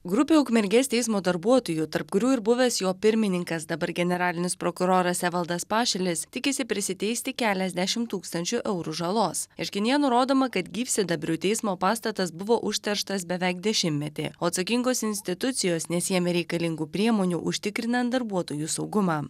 grupė ukmergės teismo darbuotojų tarp kurių ir buvęs jo pirmininkas dabar generalinis prokuroras evaldas pašilis tikisi prisiteisti keliasdešim tūkstančių eurų žalos ieškinyje nurodoma kad gyvsidabriu teismo pastatas buvo užterštas beveik dešimtmetį o atsakingos institucijos nesiėmė reikalingų priemonių užtikrinant darbuotojų saugumą